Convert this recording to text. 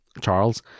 Charles